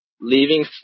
leaving